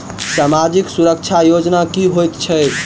सामाजिक सुरक्षा योजना की होइत छैक?